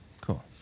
cool